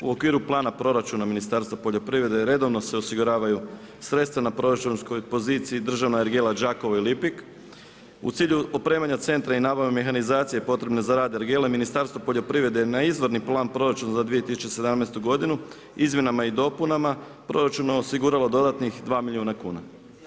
U okviru Plana proračuna Ministarstva poljoprivrede redovno se osiguravaju sredstva na proračunskoj poziciji Državna ergela Đakovo i Lipik u cilju opremanja centra i nabave mehanizacije potrebne za rad ergele Ministarstvo poljoprivrede je na izvorni plan proračuna za 2017. godinu izmjenama i dopunama proračuna osiguralo dodatnih 2 milijuna kuna.